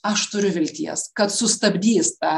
aš turiu vilties kad sustabdys tą